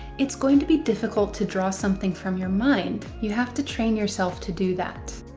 it's going to be difficult to draw something from your mind. you have to train yourself to do that.